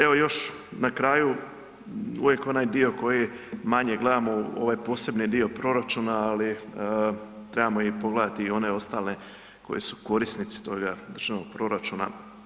Evo još na kraju, uvijek onaj dio koji manje gledamo ovaj posebni dio proračuna, ali trebamo i pogledati one ostale koji su korisnici toga državnoga proračuna.